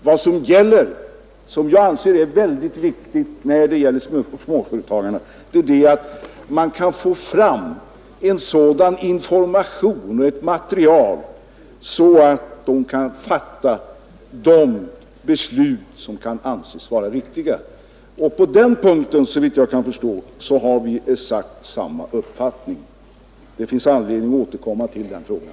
Vad jag anser vara väldigt viktigt när det gäller småföretagarnas beslutsfattande, är att man kan få fram sådan information att de kan fatta de riktiga besluten. Och på den punkten har vi, såvitt jag kan förstå, samma uppfattning. Men det finns anledning att återkomma till den frågan.